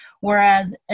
Whereas